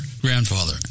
grandfather